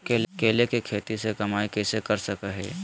केले के खेती से कमाई कैसे कर सकय हयय?